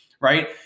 right